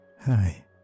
Hi